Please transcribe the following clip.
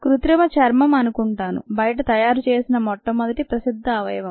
కృత్రిమ చర్మం అనుకుంటాను బయట తయారు చేసిన మొట్టమొదటి ప్రసిద్ధ అవయవం